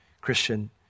Christian